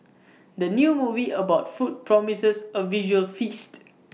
the new movie about food promises A visual feast